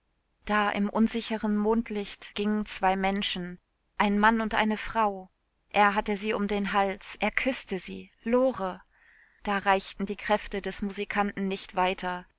da im unsicheren mondlicht gingen zwei menschen ein mann und eine frau er hatte sie um den hals er küßte sie lore da reichten die kräfte des musikanten nicht weiter